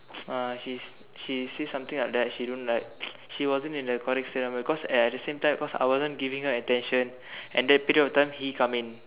uh she's she say something like that she don't like she wasn't in the correct state of mind cause at the same time cause I wasn't giving her attention and that period of time he come in